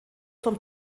vom